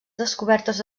descobertes